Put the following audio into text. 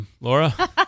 Laura